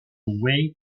ware